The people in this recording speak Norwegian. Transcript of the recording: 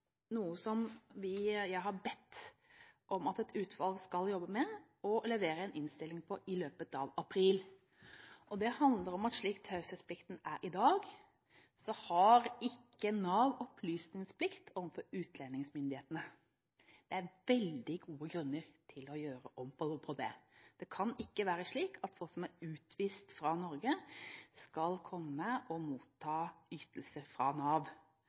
noe som jeg har bedt om at et utvalg skal jobbe med og levere en innstilling på i løpet av april. Det handler om at slik taushetsplikten er i dag, har ikke Nav opplysningsplikt overfor utlendingsmyndighetene. Det er veldig gode grunner til å gjøre om på det. Det kan ikke være slik at folk som er utvist fra Norge, skal motta ytelser fra Nav.